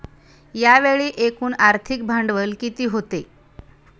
यावेळी एकूण आर्थिक भांडवल किती होते?